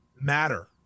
matter